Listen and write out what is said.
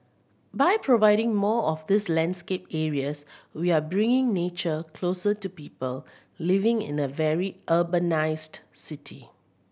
by providing more of these landscape areas we're bringing nature closer to people living in a very urbanised city